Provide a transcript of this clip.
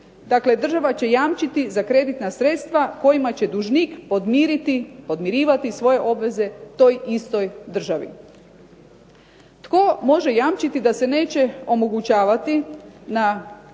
država će jamčiti za kreditna sredstva kojima će dužnik podmirivati svoje obveze toj istoj državi. Tko može jamčiti da se neće omogućavati na čistom